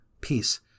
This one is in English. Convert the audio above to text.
peace